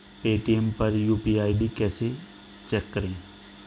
Paytm पर UPI ID कैसे check करें?